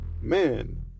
Man